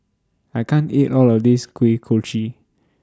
I can't eat All of This Kuih Kochi